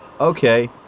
Okay